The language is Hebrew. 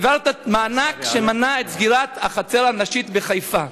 העברת מענק שמנע את סגירת "החצר הנשית" בחיפה.